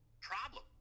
problem